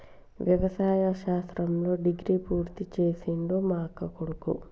వ్యవసాయ శాస్త్రంలో డిగ్రీ పూర్తి చేసిండు మా అక్కకొడుకు